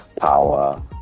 power